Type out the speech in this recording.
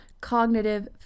cognitive